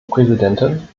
präsidentin